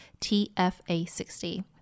TFA60